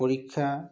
পৰীক্ষা